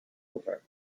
over